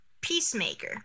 Peacemaker